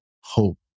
hope